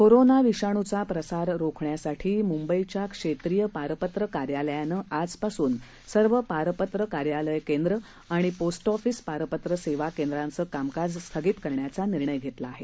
corona विषाणूचा प्रसार रोखण्यासाठी क्षेत्रीय पासपोर्ट कार्यालय मुंबईने आज पासून सर्व पासपोर्ट कार्यालय केंद्रे आणि पोस्ट ऑफिस पासपोर्ट सेवा केंद्रेचे कामकाज स्थगित करण्याचा निर्णय घेतला आहे